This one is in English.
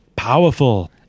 Powerful